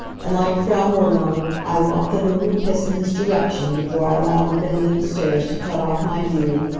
and like frau nirlanger, i wafted a little kiss in his direction, before i allowed the bend in the stairs to cut off my view.